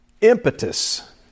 impetus